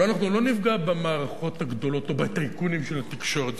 הלוא אנחנו לא נפגע במערכות הגדולות או בטייקונים של התקשורת.